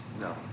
No